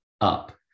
up